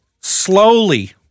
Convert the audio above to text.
slowly